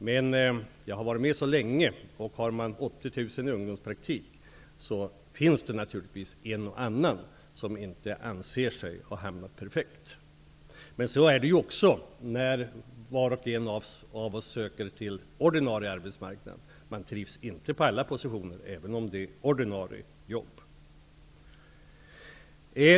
Men jag har varit med så länge så jag vet att har man 80 000 personer i ungdomspraktik finns det naturligtvis en och annan som inte anser sig ha hamnat perfekt. Men så är det också när var och en av oss söker till ordinarie arbetsmarknad. Man trivs inte i alla positioner, även om det är ordinarie jobb.